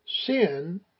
sin